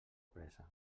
pressa